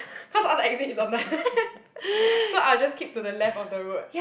cause all the exits on the left so I'll just keep to the left of the road